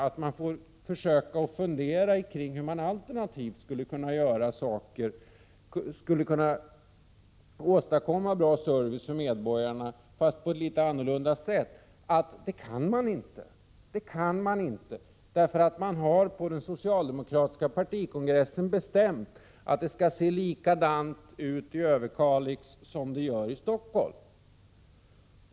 De får försöka att fundera över hur man alternativt skulle kunna göra saker, hur man skulle kunna åstadkomma bra service för medborgarna fast på ett litet annorlunda sätt. Men det kan de inte, därför att den socialdemokratiska partikongressen har bestämt att det skall se likadant ut i Överkalix som det gör i Stockholm.